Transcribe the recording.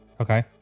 Okay